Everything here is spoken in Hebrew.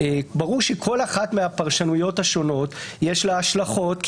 ברור שכל אחת מהפרשנויות השונות, יש לה השלכות.